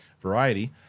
Variety